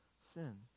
sin